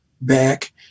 back